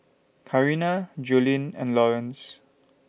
Carina Jolene and Lawrence